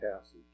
passage